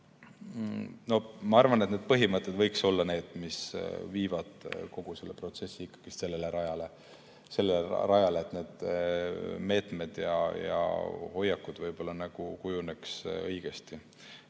Aga ma arvan, et põhimõtted võiksid olla need, mis viivad kogu selle protsessi ikkagi sellele rajale, et need meetmed ja hoiakud kujuneksid õigesti.